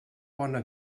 bona